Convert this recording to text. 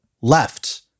left